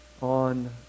on